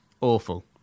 Awful